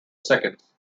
seconds